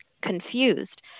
confused